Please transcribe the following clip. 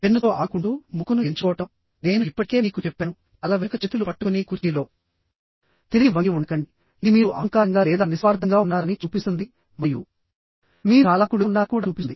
పెన్నుతో ఆడుకుంటూ ముక్కును ఎంచుకోవడం నేను ఇప్పటికే మీకు చెప్పాను తల వెనుక చేతులు పట్టుకుని కుర్చీలో తిరిగి వంగి ఉండకండి ఇది మీరు అహంకారంగా లేదా నిస్వార్థంగా ఉన్నారని చూపిస్తుంది మరియు మీరు చాలా దూకుడుగా ఉన్నారని కూడా చూపిస్తుంది